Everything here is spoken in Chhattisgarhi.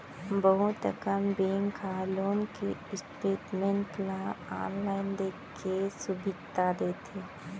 बहुत अकन बेंक ह लोन के स्टेटमेंट ल आनलाइन देखे के सुभीता देथे